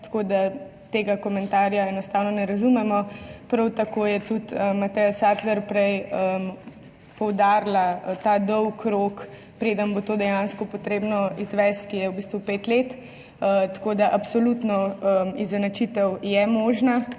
tako da tega komentarja enostavno ne razumemo. Prav tako je tudi Mateja Sattler prej poudarila ta dolgi rok, preden bo to dejansko potrebno izvesti, ki je v bistvu pet let. Tako da absolutno izenačitev je možna